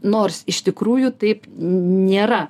nors iš tikrųjų taip nėra